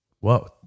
Whoa